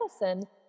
medicine